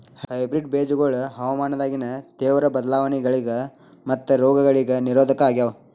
hybrid ಬೇಜಗೊಳ ಹವಾಮಾನದಾಗಿನ ತೇವ್ರ ಬದಲಾವಣೆಗಳಿಗ ಮತ್ತು ರೋಗಗಳಿಗ ನಿರೋಧಕ ಆಗ್ಯಾವ